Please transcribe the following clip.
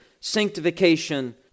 sanctification